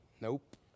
Nope